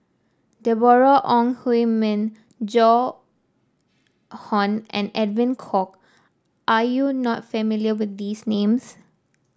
Deborah Ong Hui Min Joan Hon and Edwin Koek are you not familiar with these names